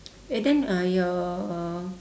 eh then uh your